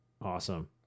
Awesome